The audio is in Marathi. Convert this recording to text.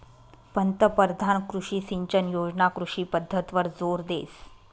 पंतपरधान कृषी सिंचन योजना कृषी पद्धतवर जोर देस